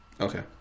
Okay